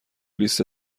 لیست